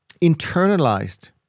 internalized